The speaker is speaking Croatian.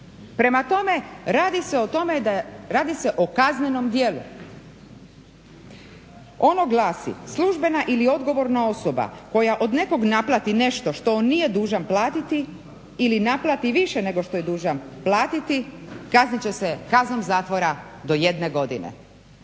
prema tome Radi se o kaznenom djelu. Ono glasi: "Službena ili odgovorna osoba koja od nekog naplati nešto što nije dužan platiti ili naplati više nego što je dužan platiti kaznit će se kaznom zatvora do jedne godine".